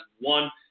one